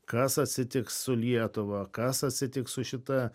kas atsitiks su lietuva kas atsitiks su šita